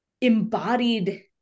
embodied